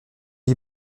est